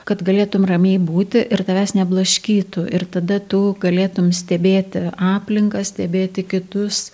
kad galėtum ramiai būti ir tavęs neblaškytų ir tada tu galėtum stebėti aplinką stebėti kitus